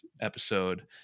episode